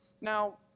Now